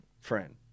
Friend